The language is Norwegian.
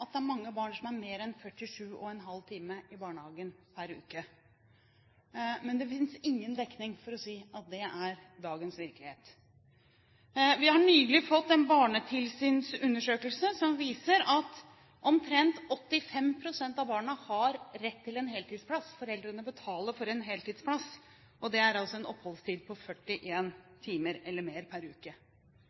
at det er mange barn som er mer enn 47,5 timer i barnehagen per uke, men det finnes ingen dekning for å si at det er dagens virkelighet. Vi har nylig hatt en barnetilsynsundersøkelse som viser at omtrent 85 pst. av barna har rett til en heltidsplass – foreldrene betaler for en heltidsplass – og det er altså en oppholdstid på 41 timer eller mer per uke.